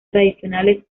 tradicionales